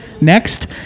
Next